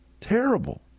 Terrible